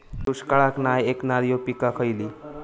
दुष्काळाक नाय ऐकणार्यो पीका खयली?